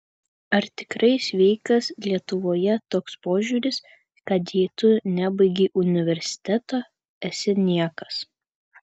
ar tikrai sveikas lietuvoje toks požiūris kad jei tu nebaigei universiteto esi niekas